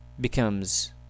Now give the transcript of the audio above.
becomes